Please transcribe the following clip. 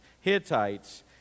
Hittites